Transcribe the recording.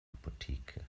apotheke